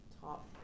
top